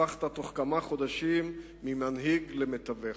הפכת בתוך כמה חודשים ממנהיג למתווך.